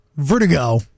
Vertigo